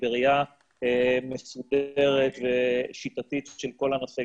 בראייה מסודרת ושיטתית של כל הנושא,